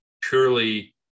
purely